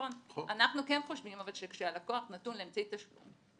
אנחנו כן חושבים שכאשר הלקוח נתון לאמצעי תשלום,